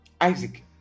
Isaac